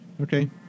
okay